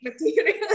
material